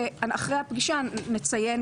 ואחרי הפגישה נציין,